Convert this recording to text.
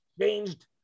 changed